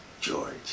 George